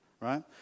Right